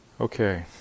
Okay